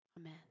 Amen